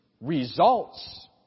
results